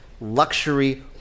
luxury